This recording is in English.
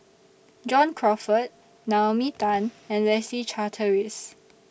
John Crawfurd Naomi Tan and Leslie Charteris